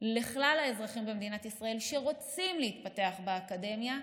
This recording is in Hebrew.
לכלל האזרחים במדינת ישראל שרוצים להתפתח באקדמיה,